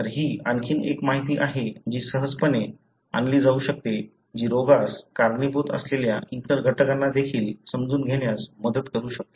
तर ही आणखी एक माहिती आहे जी सहजपणे आणली जाऊ शकते जी रोगास कारणीभूत असलेल्या इतर घटकांना देखील समजून घेण्यास मदत करू शकते